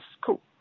cool